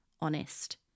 honest